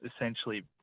essentially